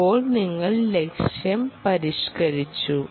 ഇപ്പോൾ നിങ്ങൾ ലക്ഷ്യം പരിഷ്ക്കരിച്ചു